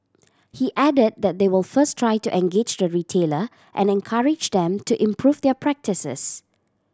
he added that they will first try to engage the retailer and encourage them to improve their practices